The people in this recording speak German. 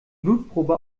blutprobe